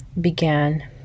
began